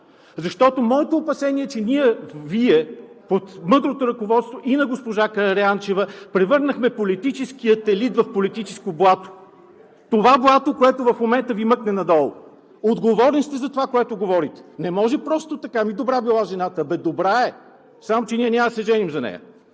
Защото моето опасение е, че Вие, под мъдрото ръководство и на госпожа Караянчева, превърнахме политическия елит в политическо блато, това блато, което в момента Ви мъкне надолу. Отговорни сте за това, което говорите, не може просто така: ами добра била жената! Бе, добра е, само че ние няма да се женим за нея!